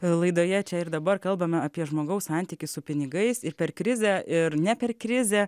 laidoje čia ir dabar kalbame apie žmogaus santykį su pinigais ir per krizę ir ne per krizę